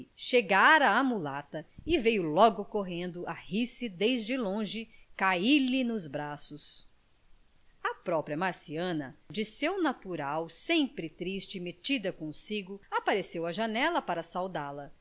chegara a mulata e veio logo correndo a rir-se desde longe cair-lhe nos braços a própria marciana de seu natural sempre triste e metida consigo apareceu à janela para saudá-la